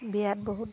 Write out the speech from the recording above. বিয়াত বহুত